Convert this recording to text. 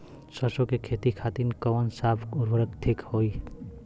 सरसो के खेती खातीन कवन सा उर्वरक थिक होखी?